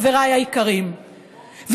חבריי היקרים,